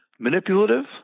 Manipulative